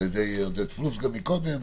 על ידי עודד פלוס גם מקודם,